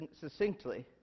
succinctly